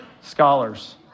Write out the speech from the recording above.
scholars